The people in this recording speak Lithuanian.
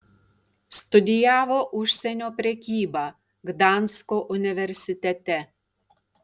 studijavo užsienio prekybą gdansko universitete